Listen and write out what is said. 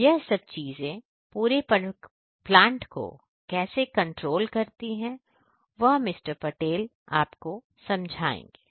तो यह सब चीजें पूरे प्लांट को कैसे कंट्रोल करता है वह मिस्टर पटेल आपको समझाएंगे